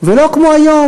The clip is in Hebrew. ולא כמו היום,